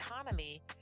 economy